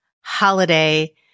holiday